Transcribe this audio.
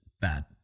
bad